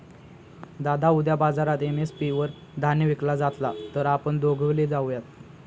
दादा उद्या बाजारात एम.एस.पी वर धान्य विकला जातला तर आपण दोघवले जाऊयात